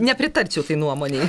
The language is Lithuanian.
nepritarčiau tai nuomonei